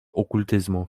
okultyzmu